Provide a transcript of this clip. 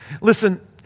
Listen